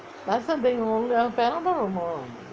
last time Panadol என்னமோ இருந்தது:ennamo irunthathu